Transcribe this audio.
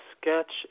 sketch